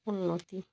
উন্নতি